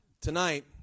Tonight